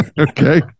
Okay